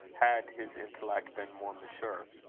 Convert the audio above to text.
had his intellect been more mature.